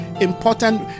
important